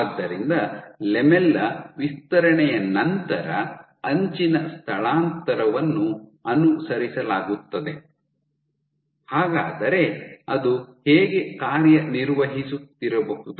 ಆದ್ದರಿಂದ ಲ್ಯಾಮೆಲ್ಲಾ ವಿಸ್ತರಣೆಯ ನಂತರ ಅಂಚಿನ ಸ್ಥಳಾಂತರವನ್ನು ಅನುಸರಿಸಲಾಗುತ್ತದೆ ಹಾಗಾದರೆ ಅದು ಹೇಗೆ ಕಾರ್ಯನಿರ್ವಹಿಸುತ್ತಿರಬಹುದು